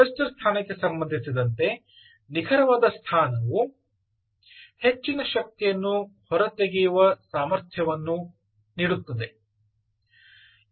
harvester ಸ್ಥಾನಕ್ಕೆ ಸಂಬಂಧಿಸಿದಂತೆ ನಿಖರವಾದ ಸ್ಥಾನವು ಹೆಚ್ಚಿನ ಶಕ್ತಿಯನ್ನು ಹೊರತೆಗೆಯುವ ಸಾಮರ್ಥ್ಯವನ್ನು ನೀಡುತ್ತದೆ